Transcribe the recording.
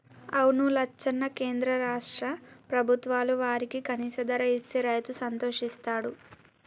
అవును లచ్చన్న కేంద్ర రాష్ట్ర ప్రభుత్వాలు వారికి కనీస ధర ఇస్తే రైతు సంతోషిస్తాడు